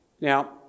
Now